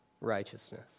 righteousness